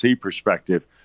perspective